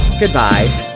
Goodbye